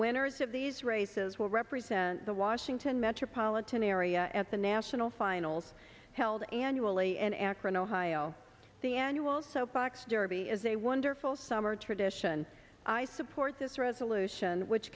winners of these races will represent the washington metropolitan area at the national finals held annually and akron ohio the annual soap box derby is a wonderful summer tradition i support this resolution which